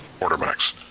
quarterbacks